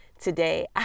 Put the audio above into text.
today